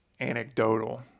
anecdotal